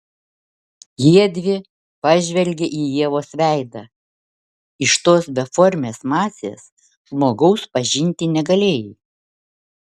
jiedvi pažvelgė į ievos veidą iš tos beformės masės žmogaus pažinti negalėjai